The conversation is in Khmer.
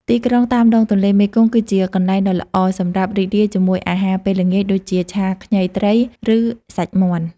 ទីក្រុងតាមដងទន្លេមេគង្គ គឺជាកន្លែងដ៏ល្អសម្រាប់រីករាយជាមួយអាហារពេលល្ងាច ដូចជាឆាខ្ញីត្រី ឬសាច់មាន់។